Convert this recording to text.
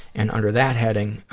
and under that heading,